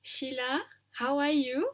sheila how are you